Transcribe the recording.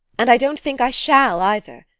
and i don't think i shall either.